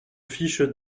fiche